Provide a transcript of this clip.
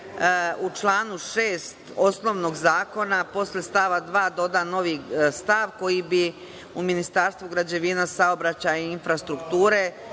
u članu 6. osnovnog zakona posle stava 2. doda novi stav koji bi u Ministarstvu građevine, saobraćaja i infrastrukture